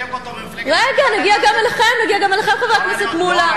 רגע, נגיע גם אליכם, חבר הכנסת מולה.